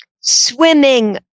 swimming